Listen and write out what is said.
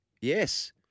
Yes